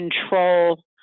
control